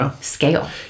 scale